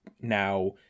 now